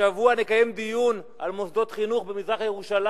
השבוע נקיים דיון על מוסדות חינוך במזרח-ירושלים,